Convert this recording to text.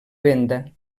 venda